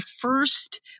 first